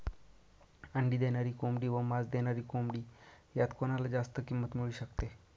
अंडी देणारी कोंबडी व मांस देणारी कोंबडी यात कोणाला जास्त किंमत मिळू शकते?